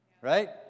right